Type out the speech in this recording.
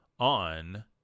on